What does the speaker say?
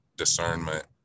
Discernment